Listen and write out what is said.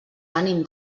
ànim